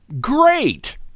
great